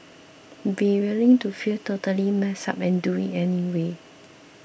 be willing to feel totally messed up and do it anyway